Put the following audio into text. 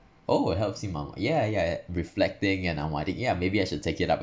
oh will helps you ya ya ya reflecting and unwinding yeah maybe I should take it up